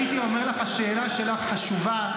הייתי אומר לך: השאלה שלך חשובה,